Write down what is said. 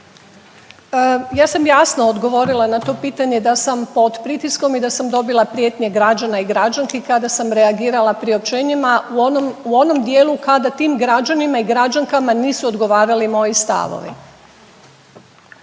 Ja sam jasno odgovorila na to pitanje da sam pod pritiskom i da sam dobila prijetnje građana i građanki kada sam reagirala priopćenjima u onom dijelu kada tim građanima i građankama nisu odgovarali moji stavovi.